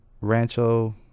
rancho